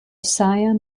siam